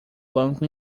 banco